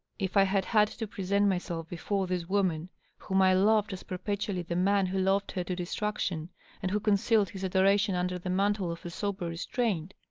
if i had had to present myself before this woman whom i loved as perpetually the man who loved her to distraction and who concealed his adoration under the mantle of a sober restraint,